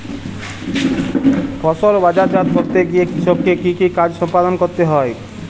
ফসল বাজারজাত করতে গিয়ে কৃষককে কি কি কাজ সম্পাদন করতে হয়?